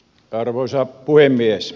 arvoisa puhemies